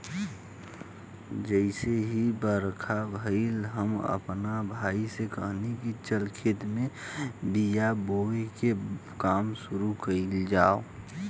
जइसे ही बरखा भईल, हम आपना भाई से कहनी की चल खेत में बिया बोवे के काम शुरू कईल जाव